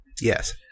Yes